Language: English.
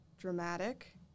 dramatic